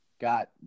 got